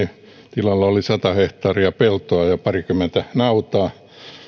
tilalla oli sata hehtaaria peltoa ja parikymmentä nautaa